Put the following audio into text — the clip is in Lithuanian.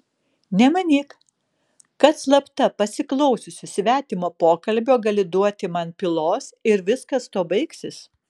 nemanyk kad slapta pasiklausiusi svetimo pokalbio gali duoti man pylos ir viskas tuo baigsis